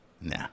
nah